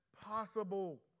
possible